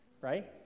right